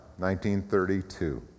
1932